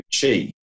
Chi